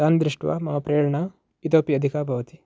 तान् दृष्ट्वा मम प्रेरणा इतोपि अधिका भवति